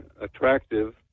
attractive